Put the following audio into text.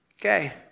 Okay